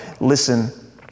listen